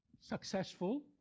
successful